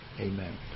Amen